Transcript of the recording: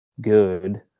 good